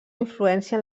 influència